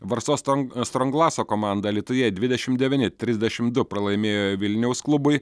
varsos ton stronglaso komanda alytuje dvidešim devyni trisdešim du pralaimėjo vilniaus klubui